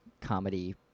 Comedy